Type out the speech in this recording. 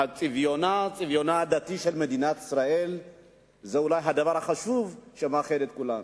צביונה הדתי של מדינת ישראל הוא אולי הדבר החשוב שמאחד את כולנו.